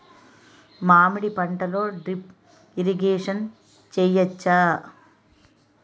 మామిడి పంటలో drip irrigation చేయచ్చా?